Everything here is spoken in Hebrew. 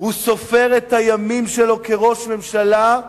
הוא סופר את הימים שלו כראש הממשלה,